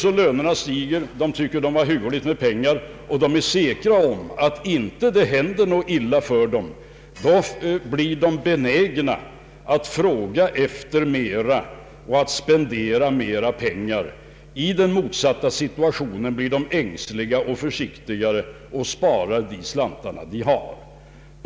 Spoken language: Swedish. Om lönerna stiger, människorna tycker att de har hyggligt med pengar och de är säkra på att det inte händer dem något illa, blir de benägna att fråga efter mera och att spendera mera pengar. I den motsatta situationen blir de ängsliga och försiktigare och sparar sina slantar.